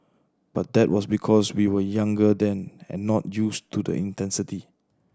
but that was because we were younger then and not used to the intensity